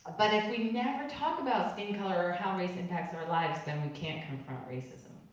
but if we never talk about skin color or how race impacts our lives then we can't confront racism.